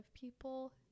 people